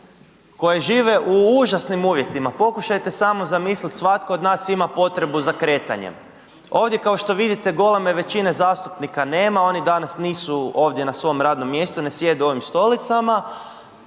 koje žive u užasnim uvjetima. Pokušajte samo zamisliti, svatko od nas ima potrebu za kretanjem. Ovdje, kao što vidite, goleme većine zastupnika nema, oni danas nema, oni danas nisu ovdje na svom radnom mjestu, ne sjede na svojim stolicama.